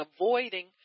avoiding